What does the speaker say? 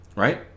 Right